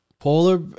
polar